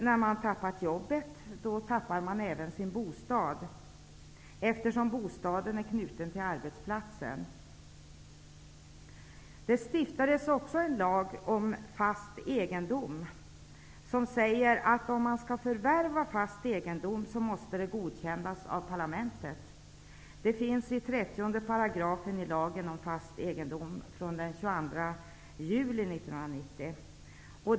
När någon har mist jobbet mister han även sin bostad, eftersom bostaden är knuten till arbetsplatsen. Det stiftades också en lag om fast egendom som säger att förvärv av fast egendom måste godkännas av parlamentet. Det står i 30 § i lagen om fast egendom av den 22 juli 1990.